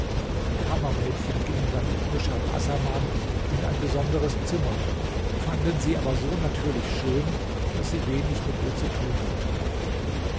die kammermädchen gingen dann mit nushat assaman in ein besonderes zimmer fanden sie aber so natürlich schön daß sie wenig mit ihr zu tun hatten